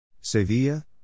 Sevilla